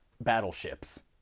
battleships